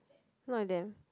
look like them